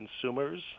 consumers